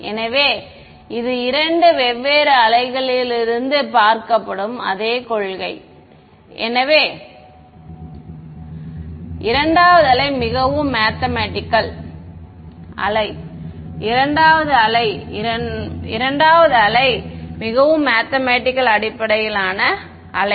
எனவே இது இரண்டு வெவ்வேறு அலைகளிலிருந்து பார்க்கப்படும் அதே கொள்கை முதல் அலை இயற்பியல் அடிப்படையிலான அலை இரண்டாவது அலை மிகவும் மேத்தமெட்டிக்கல் அடிப்படையிலான அலை